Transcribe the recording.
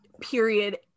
Period